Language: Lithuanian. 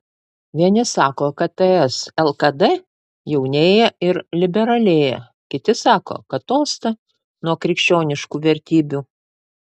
vieni sako kad ts lkd jaunėja ir liberalėja kiti sako kad tolsta nuo krikščioniškų vertybių